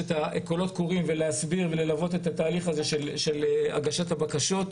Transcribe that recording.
להסביר וללוות את תהליך הגשת הבקשות,